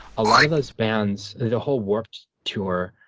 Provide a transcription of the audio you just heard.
a lot of those bands, the whole warped tour,